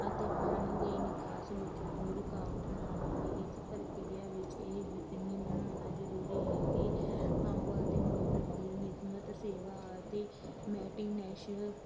ਅਤੇ ਪਾਣੀ ਦੇ ਨਿਕਾਸ ਵਿੱਚੋਂ ਕੋਈ ਰੁਕਾਵਟ ਨਾ ਆਵੇ ਇਸ ਪ੍ਰਕਿਰਿਆ ਵਿੱਚ ਇਹ ਯਕੀਨੀ ਬਣਾਉਂਦਾ ਜ਼ਰੂਰੀ ਹੈ ਕਿ ਪੰਪ ਅਤੇ ਮੋਟਰ ਦੀ ਨਿਸਮਤ ਸੇਵਾ ਅਤੇ ਮੈਟੀਨੈਸ਼